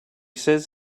says